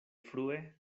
frue